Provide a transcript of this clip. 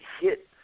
hit